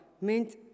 meant